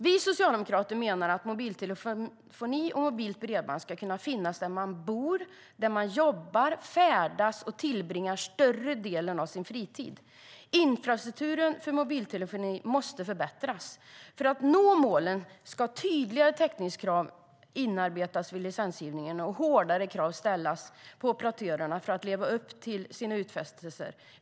Vi socialdemokrater menar att mobiltelefoni och mobilt bredband ska finnas där man bor, där man jobbar, där man färdas och där man tillbringar större delen av sin fritid. Infrastrukturen för mobiltelefoni måste förbättras. För att man ska nå målen ska tydligare täckningskrav inarbetas vid licensgivningen och hårdare krav ställas på operatörerna när det gäller att de ska leva upp till sina utfästelser.